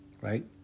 right